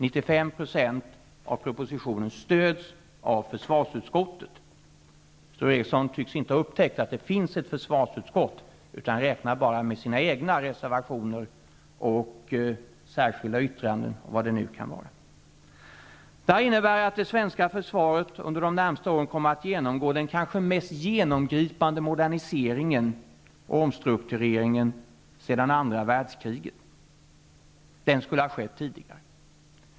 Sture Ericson tycks inte ha upptäckt att det finns ett försvarsutskott. Han räknar bara med sina egna reservationer och särskilda yttranden och vad det nu kan vara. Utskottet stöder alltså 95 % av regeringens förslag. Detta innebär att det svenska försvaret under de närmaste åren kommer att genomgå den kanske mest genomgripande moderniseringen och omstruktureringen sedan andra världskriget. Den skulle ha skett tidigare.